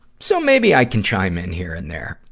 so maybe i can chime in here and there.